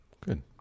Good